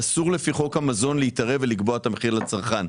אסור לפי חוק המזון להתערב ולקבוע את המחיר לצרכן.